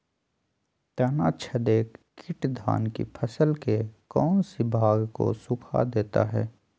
तनाछदेक किट धान की फसल के कौन सी भाग को सुखा देता है?